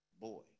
boy